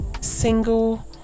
Single